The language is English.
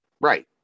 Right